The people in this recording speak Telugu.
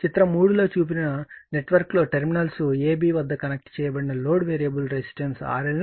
చిత్రం 3 లో చూపిన నెట్వర్క్లో టెర్మినల్స్ AB వద్ద కనెక్ట్ చేయబడిన లోడ్ వేరియబుల్ రెసిస్టెన్స్ RL ను కలిగి ఉంది